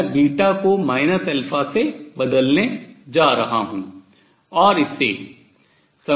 मैं β को α से बदलने जा रहा हूँ